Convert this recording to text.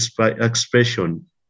expression